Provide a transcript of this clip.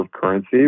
currency